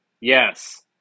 Yes